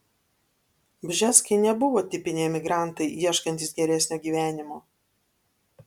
bžeskai nebuvo tipiniai emigrantai ieškantys geresnio gyvenimo